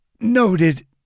Noted